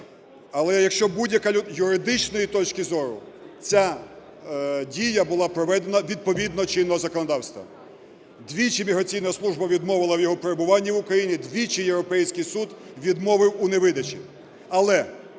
Але з юридичної точки зору ця дія була проведена відповідно чинного законодавства. Двічі міграційна служба відмовила в його перебуванні в Україні, двічі Європейський суд відмовив у невидачі.